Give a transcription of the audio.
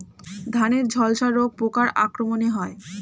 ধানের ঝলসা রোগ পোকার আক্রমণে হয়?